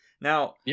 Now